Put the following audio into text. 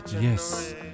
Yes